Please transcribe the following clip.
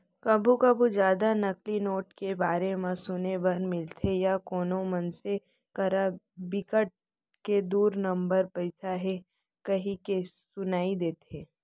कभू कभू जादा नकली नोट के बारे म सुने बर मिलथे या कोनो मनसे करा बिकट के दू नंबर पइसा हे कहिके सुनई देथे